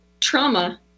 Trauma